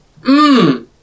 Mmm